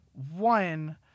One